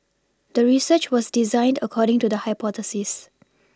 the research was designed according to the hypothesis